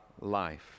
life